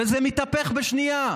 וזה מתהפך בשנייה.